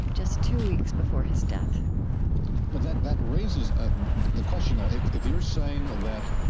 just two weeks before his death but that that raises the question, though if if you're saying that